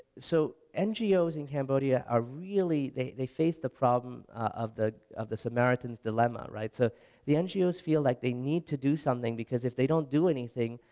so ngos in cambodia are really, they they face the problem of the of the samaritan's dilemma. so ah the ngos feel like they need to do something because if they don't do anything,